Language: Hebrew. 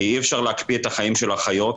כי אי-אפשר להקפיא את החיים של החיות,